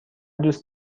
دوست